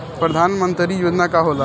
परधान मंतरी योजना का होला?